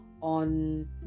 on